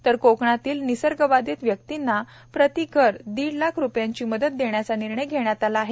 तर कोकणातील निसर्ग बाधित व्यक्तींना प्रति घरटी दीड लाख रुपयांची मदत देण्याचा निर्णय घेण्यात आला आहे